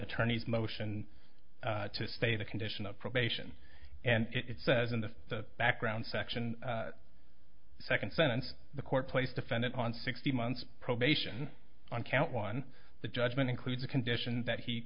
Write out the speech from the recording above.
attorney's motion to stay the condition of probation and it says in the background section the second sentence the court placed defendant on sixteen months probation on count one the judgment includes a condition that he